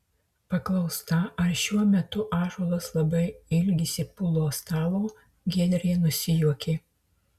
paklausta ar šiuo metu ąžuolas labai ilgisi pulo stalo giedrė nusijuokė